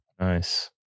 Nice